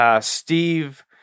Steve